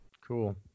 Cool